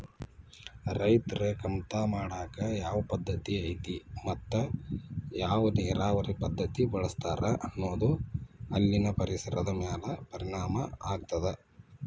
ರೈತರು ಕಮತಾ ಮಾಡಾಕ ಯಾವ ಪದ್ದತಿ ಐತಿ ಮತ್ತ ಯಾವ ನೇರಾವರಿ ಪದ್ಧತಿ ಬಳಸ್ತಾರ ಅನ್ನೋದು ಅಲ್ಲಿನ ಪರಿಸರದ ಮ್ಯಾಲ ಪರಿಣಾಮ ಆಗ್ತದ